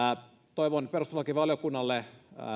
toivon perustuslakivaliokunnalle